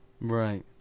right